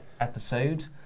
episode